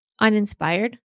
uninspired